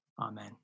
Amen